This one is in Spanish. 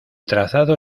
trazado